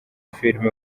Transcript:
film